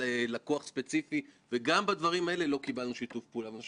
שלא תהיה אמירה כאילו אנחנו ציפינו שיעברו על החוק וימסרו מידע.